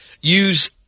Use